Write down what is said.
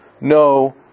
no